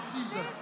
Jesus